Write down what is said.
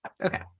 Okay